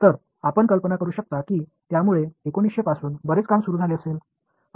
तर आपण कल्पना करू शकता की यामुळे 1900 पासून बरेच काम सुरू झाले असेल